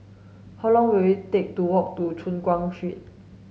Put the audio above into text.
how long will it take to walk to Choon Guan Street